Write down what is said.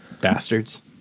bastards